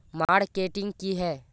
Marketing की है?